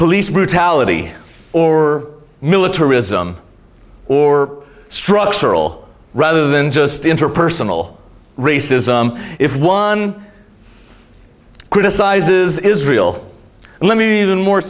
police brutality or militarism or structural rather than just interpersonal racism if one criticizes israel let me even more